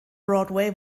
broadway